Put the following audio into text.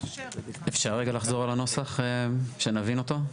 אפשר רגע לחזור על הנוסח שנבין אותו?